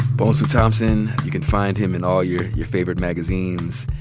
bonsu thompson, you can find him in all your your favorite magazines.